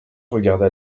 regarda